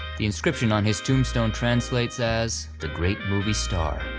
the inscription on his tombstone translates as the great movie star.